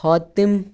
Hatim